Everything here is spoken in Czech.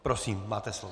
Prosím, máte slovo.